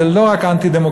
זה לא רק אנטי-דמוקרטי,